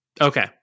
Okay